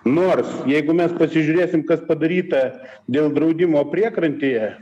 nors jeigu mes pasižiūrėsim kas padaryta dėl draudimo priekrantėje